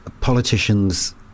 politicians